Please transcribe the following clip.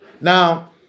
Now